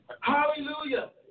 Hallelujah